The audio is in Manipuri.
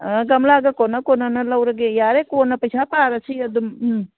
ꯑꯥ ꯒꯝꯂꯥꯒ ꯀꯣꯟꯅ ꯀꯣꯟꯅꯅ ꯂꯧꯔꯒꯦ ꯌꯥꯔꯦ ꯀꯣꯟꯅ ꯄꯩꯁꯥ ꯄꯥꯔꯁꯤ ꯑꯗꯨꯝ ꯎꯝ